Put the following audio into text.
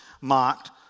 mocked